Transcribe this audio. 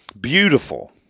Beautiful